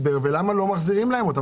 ולמה לא מחזירים להם אותם?